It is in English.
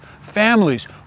families